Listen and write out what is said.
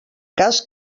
cas